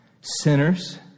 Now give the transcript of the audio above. sinners